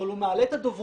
אבל הוא מעלה את הדוברות,